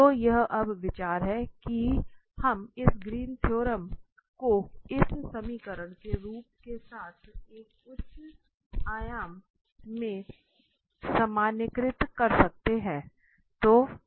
तो यह अब विचार है कि हम इस ग्रीन थ्योरम को इस समीकरण के रूप के साथ एक उच्च आयाम में सामान्यीकृत कर सकते हैं